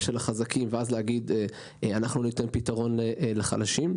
של החזקים ואז להגיד "ניתן פתרון לחלשים".